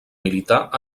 militar